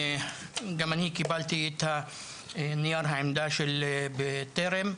גם אני קיבלתי את הנייר עמדה של בטרם,